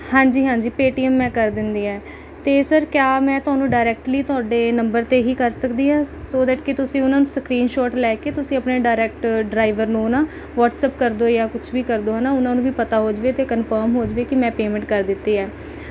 ਹਾਂਜੀ ਹਾਂਜੀ ਪੇਟੀਐੱਮ ਮੈਂ ਕਰ ਦਿੰਦੀ ਹੈ ਅਤੇ ਸਰ ਕਿਆ ਮੈਂ ਤੁਹਾਨੂੰ ਡਾਇਰੈਕਟਲੀ ਤੁਹਾਡੇ ਨੰਬਰ 'ਤੇ ਹੀ ਕਰ ਸਕਦੀ ਹਾਂ ਸੋ ਦੈਟ ਕਿ ਤੁਸੀਂ ਉਨ੍ਹਾਂ ਨੂੰ ਸਕਰੀਨਸ਼ੌਟ ਲੈ ਕੇ ਤੁਸੀਂ ਆਪਣੇ ਡਾਇਰੈਕਟ ਡਰਾਇਵਰ ਨੂੰ ਨਾ ਵਟਸਐਪ ਕਰ ਦੋ ਜਾਂ ਕੁਛ ਵੀ ਕਰ ਦੋ ਹੈ ਨਾ ਉਨ੍ਹਾਂ ਨੂੰ ਵੀ ਪਤਾ ਹੋ ਜਾਵੇ ਅਤੇ ਕੰਫਰਮ ਹੋ ਜਾਵੇ ਕਿ ਮੈਂ ਪੇਮੈਂਟ ਕਰ ਦਿੱਤੀ ਹੈ